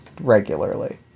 regularly